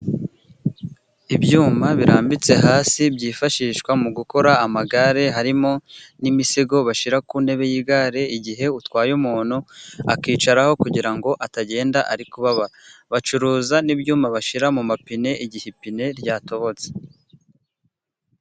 Ibyuma birambitse hasi byifashishwa mu gukora amagare harimo n'imisego bashyira ku ntebe y'igare igihe utwaye umuntu akicaraho kugira ngo atagenda ari kubabara, bacuruza n'ibyuma bashyira mu mapine igihe ipine ryatobotse.